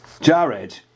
Jared